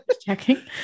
Checking